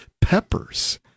peppers